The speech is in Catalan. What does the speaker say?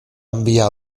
enviar